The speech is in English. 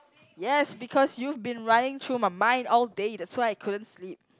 yes because you've been running through my mind all day that's why I couldn't sleep